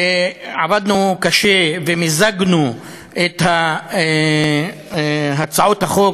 עבדנו קשה ומיזגנו את הצעות החוק,